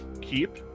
keep